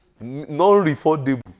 non-refundable